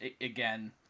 again